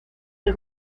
del